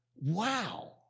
wow